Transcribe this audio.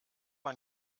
man